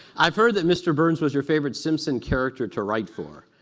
i've heard that mr. burns was your favorite simpson character to write for.